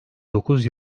dokuz